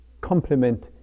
complement